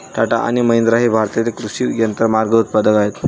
टाटा आणि महिंद्रा हे भारतातील कृषी यंत्रमाग उत्पादक आहेत